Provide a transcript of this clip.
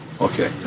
Okay